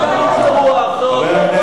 זה אותם אנשי רוח, עושים רוח וצלצולים.